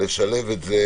את זה